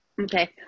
Okay